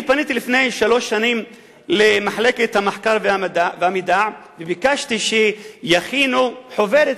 פניתי לפני שלוש שנים למחלקת המחקר והמידע וביקשתי שיכינו חוברת,